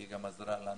כי היא גם עזרה לנו